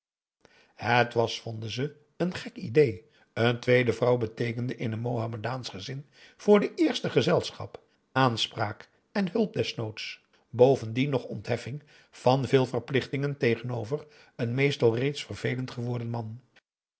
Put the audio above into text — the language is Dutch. het was vonden ze een gek idée een tweede vrouw beteekende in een mohammedaansch gezin voor de eerste gezelschap aanspraak en hulp desnoods bovendien nog ontheffing van veel verplichtingen tegenover een meestal reeds vervelend geworden man